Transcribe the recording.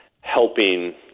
helping